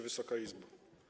Wysoka Izbo!